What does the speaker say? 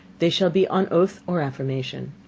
they shall be on oath or affirmation.